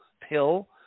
pill